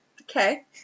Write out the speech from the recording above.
Okay